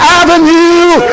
avenue